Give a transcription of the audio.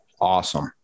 Awesome